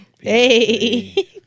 Hey